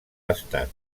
estat